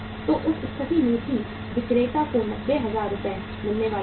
तो उस स्थिति में भी विक्रेता को 90000 रुपये मिलने वाले थे